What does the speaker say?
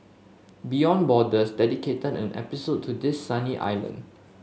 beyond Borders dedicated an episode to this sunny island